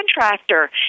contractor